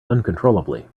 uncontrollably